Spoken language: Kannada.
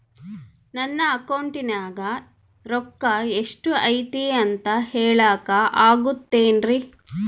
ನನ್ನ ಅಕೌಂಟಿನ್ಯಾಗ ರೊಕ್ಕ ಎಷ್ಟು ಐತಿ ಅಂತ ಹೇಳಕ ಆಗುತ್ತೆನ್ರಿ?